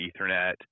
Ethernet